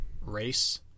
race